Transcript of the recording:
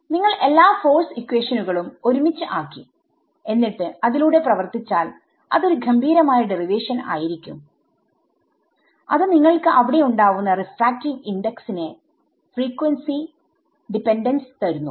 നിങ്ങൾ എല്ലാ ഫോഴ്സ് ഇക്വേഷനുകളുംforce equations ഒരുമിച്ച് ആക്കിഎന്നിട്ട് അതിലൂടെ പ്രവർത്തിച്ചാൽ അതൊരു ഗംഭീരമായ ഡെറിവേഷൻ ആയിരിക്കും അത് നിങ്ങൾക്ക് അവിടെ ഉണ്ടാവുന്ന റീഫ്രാക്റ്റീവ് ഇണ്ടെക്സ്ന്റെ ഫ്രീക്വൻസി ഡിപെൻഡൻസ് തരുന്നു